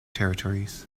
territories